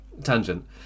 tangent